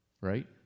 right